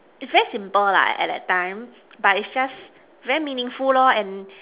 is very simple lah at that time but it's just very meaningful of and